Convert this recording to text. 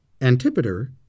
Antipater